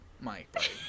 Mike